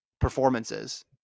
performances